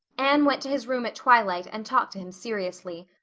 anne went to his room at twilight and talked to him seriously.